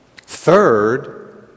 Third